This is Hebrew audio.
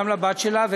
גם לבת שלה,